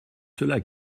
cela